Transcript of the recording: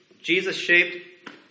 Jesus-shaped